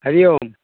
হেই ও